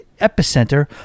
epicenter